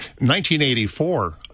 1984